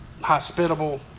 Hospitable